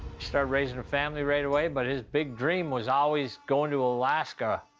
started raising a family right away, but his big dream was always going to alaska.